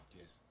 Yes